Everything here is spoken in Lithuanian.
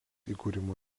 įkūrimo